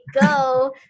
go